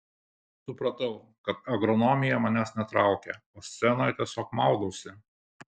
supratau kad agronomija manęs netraukia o scenoje tiesiog maudausi